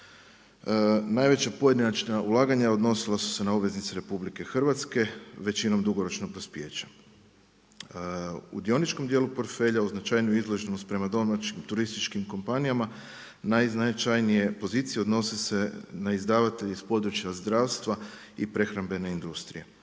Najveća pojedinačna ulaganja odnosila su se na obveznice RH, većinom dugoročnog dospijeća. U dioničkom dijelu portfelja u značajniju izloženost prema domaćim turističkim kompanijama najznačajnije pozicije odnose se na izdavatelje iz područja zdravstva i prehrambene industrije.